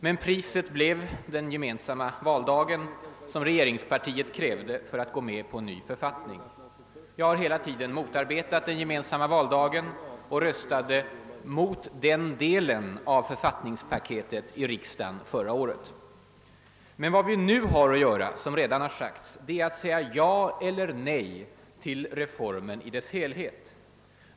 Men priset blev den gemensamma valdagen, som regeringspartiet krävde för att gå med på en ny författning. Jag har hela tiden motarbetat den gemensamma valdagen och röstade mot den delen av författningspaketet i riksdagen förra året. Men vad vi nu har att göra är, som redan framhållits, att säga ja eller nej till reformen i dess helhet.